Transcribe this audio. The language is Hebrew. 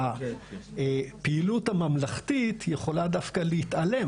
הפעילות הממלכתית יכולה דווקא להתעלם